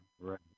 Right